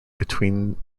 between